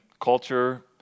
culture